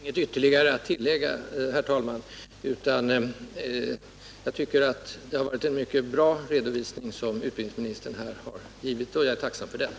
Herr talman! Jag har inget ytterligare att tillägga utan tycker att utbildningsministern har gjort en mycket bra redovisning. Jag är tacksam för detta.